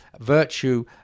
virtue